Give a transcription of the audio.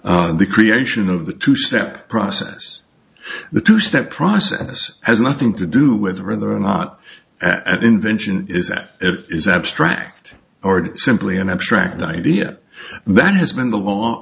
ok the creation of the two step process the two step process has nothing to do with whether or not an invention is that it is abstract or simply an abstract idea that has been the law